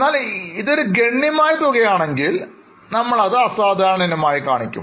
എന്നാൽ ഇതൊരു ഗണ്യമായ തുകയാണെങ്കിൽ നമ്മൾ ഇത് അസാധാരണ ഇനമായി കാണിക്കും